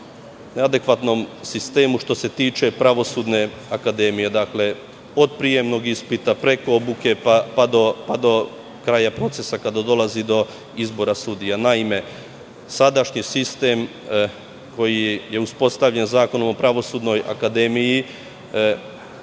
neadekvatnom sistemu u Pravosudnoj akademiji, od prijemnog ispita, preko obuke, pa do kraja procesa kada dolazi do izbora sudija. Naime, sadašnji sistem, koji je uspostavljen Zakonom o Pravosudnoj akademiji,